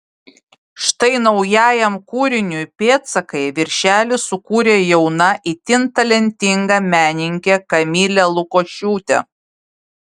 štai naujajam kūriniui pėdsakai viršelį sukūrė jauna itin talentinga menininkė kamilė lukošiūtė